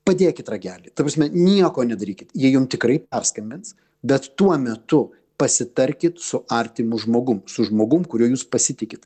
padėkit ragelį ta prasme nieko nedarykit jie jum tikrai perskambins bet tuo metu pasitarkit su artimu žmogum su žmogum kuriuo jūs pasitikit